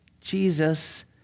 Jesus